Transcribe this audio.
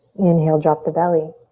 inhale, drop the belly.